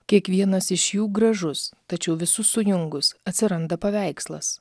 kiekvienas iš jų gražus tačiau visus sujungus atsiranda paveikslas